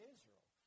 Israel